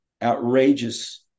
outrageous